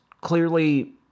clearly